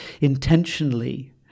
intentionally